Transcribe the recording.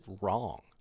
wrong